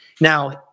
Now